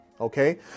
Okay